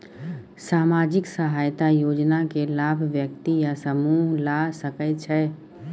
सामाजिक सहायता योजना के लाभ व्यक्ति या समूह ला सकै छै?